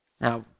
Now